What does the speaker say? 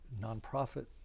nonprofit